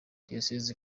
diyosezi